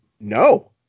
No